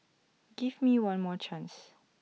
give me one more chance